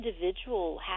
individual